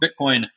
Bitcoin